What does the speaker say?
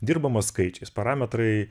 dirbama skaičiais parametrai